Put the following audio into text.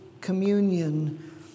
communion